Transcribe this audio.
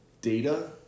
data